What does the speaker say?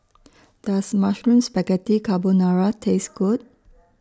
Does Mushroom Spaghetti Carbonara Taste Good